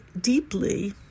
deeply